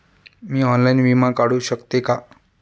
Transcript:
मी online विमा काढू शकते का?